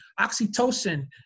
oxytocin